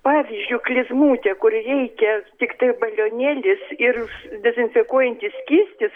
pavyzdžiui klizmutė kur reikia tiktai balionėlis ir dezinfekuojantis skystis